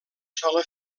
sola